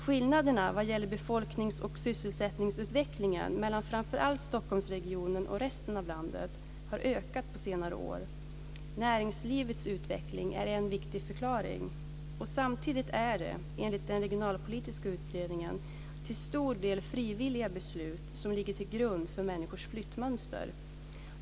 Skillnaderna vad gäller befolknings och sysselsättningsutveckling mellan framför allt Stockholmsregionen och resten av landet har ökat på senare år. Näringslivets utveckling är en viktig förklaring. Samtidigt är det, enligt den regionalpolitiska utredningen, till stor del frivilliga beslut som ligger till grund för människors flyttmönster.